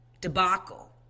debacle